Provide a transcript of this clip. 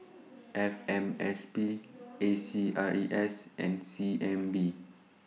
F M S P A C R E S and C N B